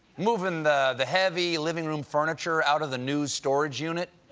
moving the the heavy living room furniture out of the news storage unit.